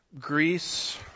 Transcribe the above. Greece